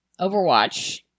Overwatch